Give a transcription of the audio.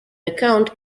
account